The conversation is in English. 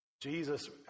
Jesus